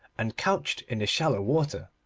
and couched in the shallow water,